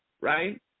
right